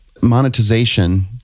monetization